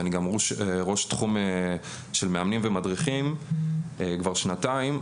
אני גם ראש תחום של מאמנים ומדריכים כבר שנתיים.